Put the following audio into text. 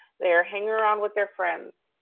they are hanging around with their friends.